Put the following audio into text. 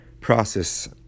process